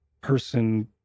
person